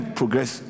progress